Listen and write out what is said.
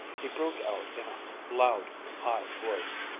he broke out in a loud, high voice.